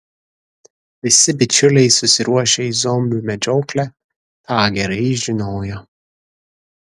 visi bičiuliai susiruošę į zombių medžioklę tą gerai žinojo